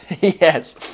Yes